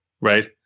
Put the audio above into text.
right